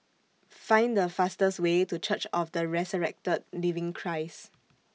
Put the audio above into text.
Find The fastest Way to Church of The Resurrected Living Christ